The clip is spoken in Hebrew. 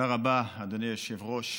תודה רבה, אדוני היושב-ראש.